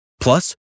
Plus